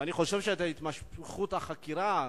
ואני חושב שהתמשכות החקירה